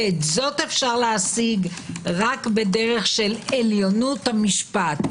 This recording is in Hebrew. ואת זאת אפשר להשיג רק בדרך של עליונות המשפט,